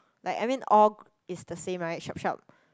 like I mean all is the same right sharp sharp